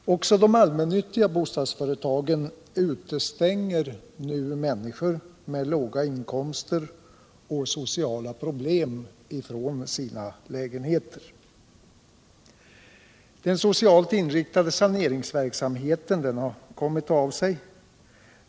Också de allmännyttiga bostadsföre tagen utestänger nu människor med låga inkomster och sociala problem från sina lägenheter. Den socialt inriktade saneringsverksamheten har kommit av sig.